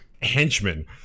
henchmen